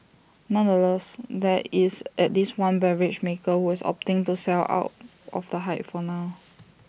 nonetheless there is at least one beverage maker who is opting to sell out of the hype for now